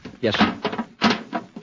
Yes